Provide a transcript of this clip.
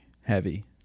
Heavy